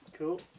Cool